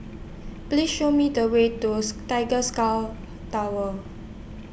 Please Show Me The Way to Tiger Sky Tower